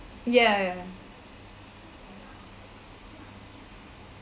ya ya